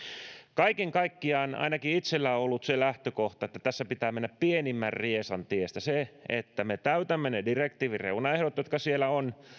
kaiken kaikkiaan ainakin itselläni on ollut se lähtökohta että tässä pitää mennä pienimmän riesan tiellä niin että me täytämme ne direktiivin reunaehdot jotka siellä ovat